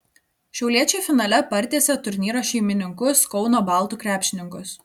šiauliečiai finale partiesė turnyro šeimininkus kauno baltų krepšininkus